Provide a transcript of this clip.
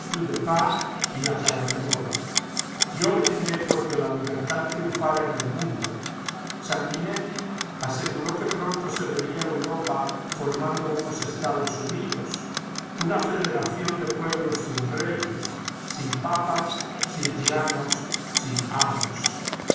y la carmañola yo brindé porque la libertad triunfara en el mundo sanguinetti aseguró que pronto se vería europa formando unos estados unidos una federación de pueblos sin reyes sin papas sin tiranos sin amos